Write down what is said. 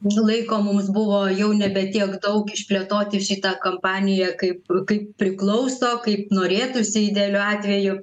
laiko mums buvo jau nebe tiek daug išplėtoti šitą kompaniją kaip kaip priklauso kaip norėtųsi idealiu atveju